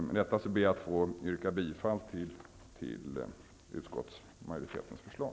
Med detta ber jag att få yrka bifall till utskottsmajoritetens förslag.